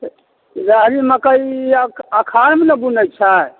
रहड़ि मकै आषाढ़मे ने बुनैत छै